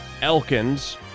Elkins